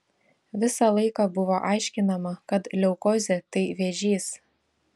visą laiką buvo aiškinama kad leukozė tai vėžys